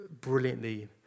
brilliantly